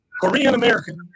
Korean-American